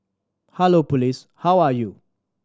hello police how are you